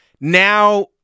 Now